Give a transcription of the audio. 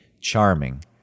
charming